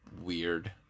weird